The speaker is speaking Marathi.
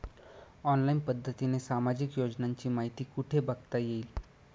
ऑनलाईन पद्धतीने सामाजिक योजनांची माहिती कुठे बघता येईल?